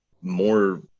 more